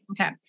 Okay